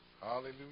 Hallelujah